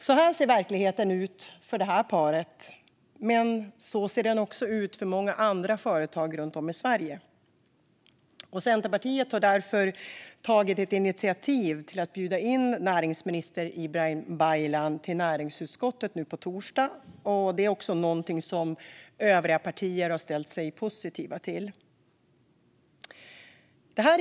Så här ser verkligheten ut för detta par och för många andra företagare runt om i Sverige. Centerpartiet har därför tagit initiativ till att bjuda in näringsminister Ibrahim Baylan till näringsutskottet nu på torsdag, något som även övriga partier har ställt sig positiva till.